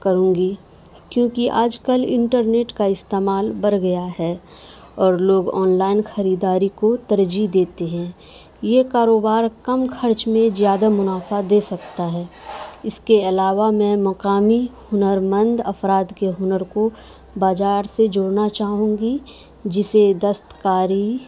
کروں گی کیونکہ آج کل انٹرنیٹ کا استعمال بڑھ گیا ہے اور لوگ آن لائن خریداری کو ترجیح دیتے ہیں یہ کاروبار کم خرچ میں زیادہ منافع دے سکتا ہے اس کے علاوہ میں مقامی ہنر مند افراد کے ہنر کو بازار سے جوڑنا چاہوں گی جسے دستکاری